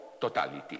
totality